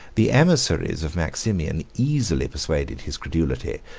the emissaries of maximian easily persuaded his credulity,